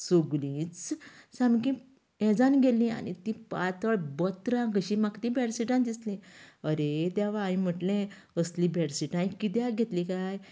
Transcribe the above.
सगलींच सामकीं यें जावन गेलीं आनी तीं पातळ बतरां कशीं म्हाका तीं बेडशीटां दिसलीं अरे देवा हायेन म्हटलें असलीं बेडशीटां हायें कित्याक घेतलीं काय